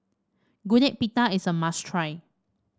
Gudeg Putih is a must try